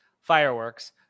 fireworks